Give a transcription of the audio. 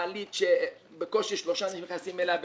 מעלית שבקושי שלושה נכנסים אליה,